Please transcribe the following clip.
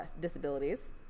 disabilities